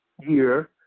year